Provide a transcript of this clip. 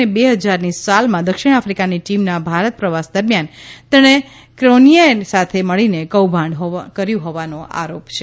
અને બે હજારની સાલમાં દક્ષિણ આફિકાની ટીમના ભારત પ્રવાસ દરમિયાન તેણે ક્રોનિયે સાથે મળીને કૌભાંડ કર્યું હોવાનો આરોપ છે